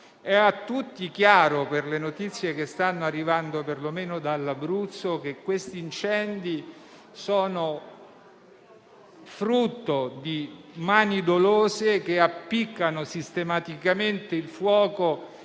È a tutti chiaro, per le notizie che stanno arrivando perlomeno dall'Abruzzo, che tali incendi sono frutto di mani dolose che appiccano sistematicamente il fuoco